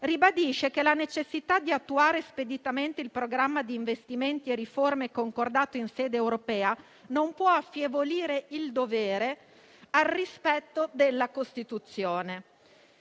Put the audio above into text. ribadisce che la necessità di attuare speditamente il programma di investimenti e riforme concordato in sede europea non può affievolire il dovere al rispetto della Costituzione.